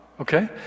okay